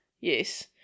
Yes